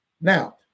Now